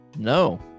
No